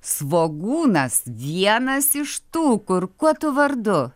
svogūnas vienas iš tų kur kuo tu vardu